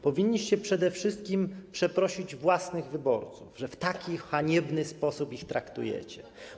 Powinniście przede wszystkim przeprosić własnych wyborców, że w taki haniebny sposób ich traktujecie.